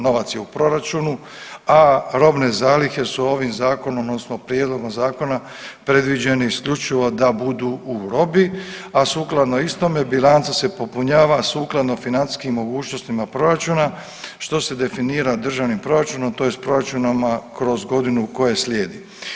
Novac je u proračunu, a robne zalihe su ovim zakonom odnosno prijedlogom zakona predviđeni isključivo da budu u robi, a sukladno istome bilanca se popunjava sukladno financijskim mogućnostima proračuna što se definira državnim proračun tj. proračunima kroz godinu koje slijedi.